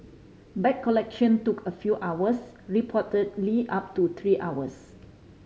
bag collection took a few hours reportedly up to three hours